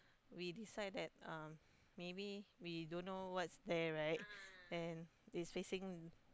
we decide that um maybe we don't know what's there right and it's facing